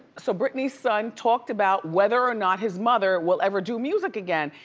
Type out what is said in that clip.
so britney's son talked about whether or not his mother will ever do music again.